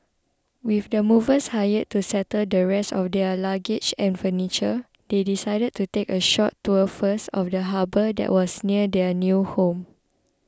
with the movers hired to settle the rest of their luggage and furniture they decided to take a short tour first of the harbour that was near their new home